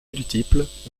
multiples